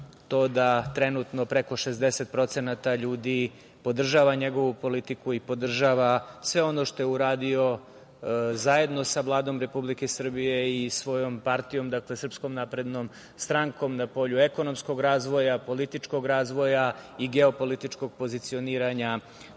to da trenutno preko 60% ljudi podržava njegovu politiku i podržava sve ono što je uradio zajedno sa Vladom Republike Srbije i svojom partijom, dakle SNS, na polju ekonomskog razvoja, političkog razvoja i geopolitičkog pozicioniranja